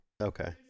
Okay